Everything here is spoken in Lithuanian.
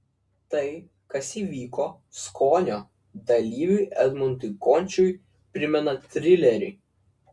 tai kas įvyko skonio dalyviui edmundui končiui primena trilerį